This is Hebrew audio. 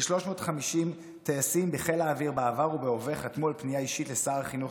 כ-350 טייסים בחיל האוויר בעבר ובהווה חתמו על פנייה אישית לשר החינוך